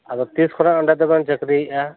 ᱟᱫᱚ ᱛᱤᱥ ᱠᱷᱚᱱᱟᱜ ᱚᱸᱰᱮ ᱫᱚᱵᱮᱱ ᱪᱟᱹᱠᱨᱤᱭᱮᱫᱟ